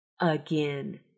again